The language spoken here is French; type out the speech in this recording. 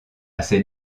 ces